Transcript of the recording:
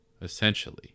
essentially